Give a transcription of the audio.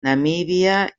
namíbia